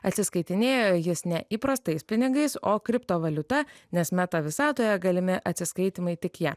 atsiskaitinėjo jis ne įprastais pinigais o kriptovaliuta nes meta visatoje galimi atsiskaitymai tik ja